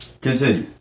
continue